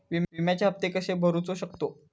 विम्याचे हप्ते कसे भरूचो शकतो?